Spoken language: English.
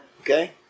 Okay